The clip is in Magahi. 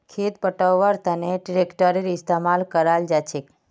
खेत पैटव्वार तनों ट्रेक्टरेर इस्तेमाल कराल जाछेक